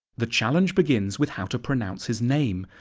the challenge begins with how to pronounce his name.